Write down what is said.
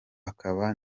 akaba